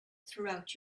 throughout